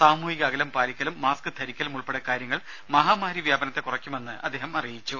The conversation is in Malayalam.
സാമൂഹിക അകലം പാലിക്കലും മാസ്ക് ധരിക്കലും ഉൾപ്പെടെ കാര്യങ്ങൾ മഹാമാരി വ്യാപനത്തെ കുറയ്ക്കുമെന്ന് അദ്ദേഹം പറഞ്ഞു